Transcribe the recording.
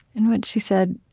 and what she said,